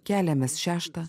keliamės šeštą